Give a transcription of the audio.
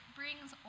brings